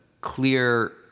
clear